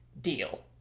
deal